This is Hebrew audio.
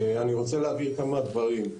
אני רוצה להבהיר כמה דברים.